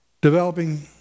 developing